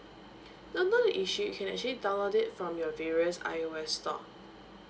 don't know if she can actually download it from your various I_O_S store